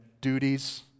Duties